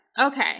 Okay